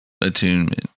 Attunement